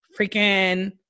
freaking